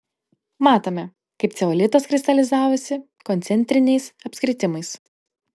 matome kaip ceolitas kristalizavosi koncentriniais apskritimais